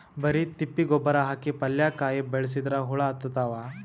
ಬರಿ ತಿಪ್ಪಿ ಗೊಬ್ಬರ ಹಾಕಿ ಪಲ್ಯಾಕಾಯಿ ಬೆಳಸಿದ್ರ ಹುಳ ಹತ್ತತಾವ?